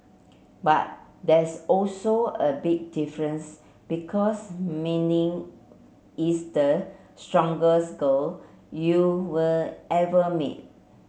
but there's also a big difference because Mindy is the strongest girl you will ever meet